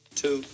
two